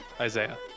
Isaiah